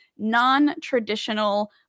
non-traditional